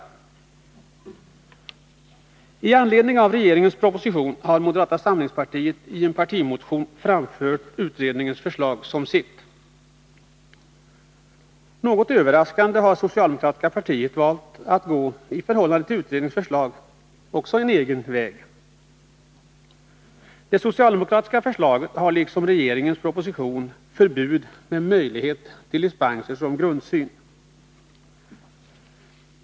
Med anledning av regeringens proposition har moderata samlingspartiet i en partimotion framfört utredningens förslag som sitt. Något överraskande har det socialdemokratiska partiet valt att också gå en egen väg i förhållande till utredningens förslag. Det socialdemokratiska förslaget har, liksom regeringens proposition, förbud med möjlighet till dispenser som grundsyn.